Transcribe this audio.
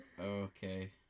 Okay